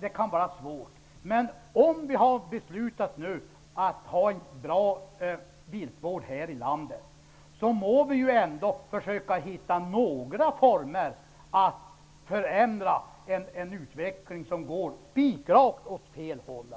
det kan vara svårt. Men om vi nu har beslutat om att ha en bra viltvård här i landet, må vi ändå försöka att hitta några former för att förändra en utveckling som går spikrakt åt fel håll.